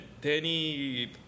Danny